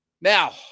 Now